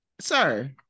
sir